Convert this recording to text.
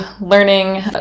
learning